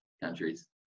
countries